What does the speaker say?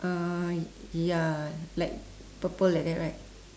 uh ya like purple like that right